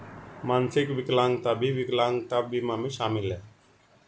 मानसिक विकलांगता भी विकलांगता बीमा में शामिल हैं